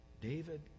David